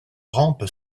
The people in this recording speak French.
rampe